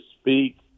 speak